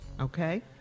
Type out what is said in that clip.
Okay